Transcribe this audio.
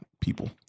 people